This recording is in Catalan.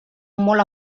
molt